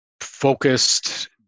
focused